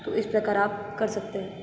तो इस प्रकार आप कर सकते हैं